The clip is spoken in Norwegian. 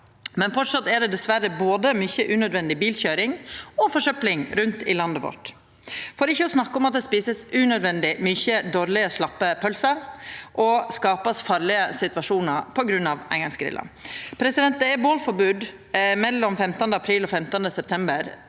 Men framleis er det diverre både mykje unødvendig bilkøyring og forsøpling rundt i landet vårt – for ikkje å snakka om at det vert ete unødvendig mykje dårlege, slappe pølser og skapt farlege situasjonar på grunn av eingongsgrillar. Det er bålforbod mellom 15. april og 15. september,